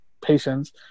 patients